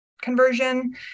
conversion